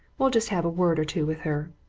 we'll just have a word or two with her.